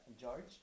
George